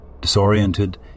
disoriented